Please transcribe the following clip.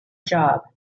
job